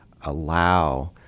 allow